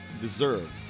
deserve